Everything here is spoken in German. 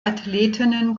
athletinnen